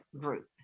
group